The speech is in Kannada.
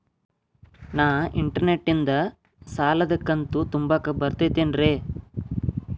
ನಾ ಇಂಟರ್ನೆಟ್ ನಿಂದ ಸಾಲದ ಕಂತು ತುಂಬಾಕ್ ಬರತೈತೇನ್ರೇ?